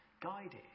guided